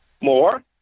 more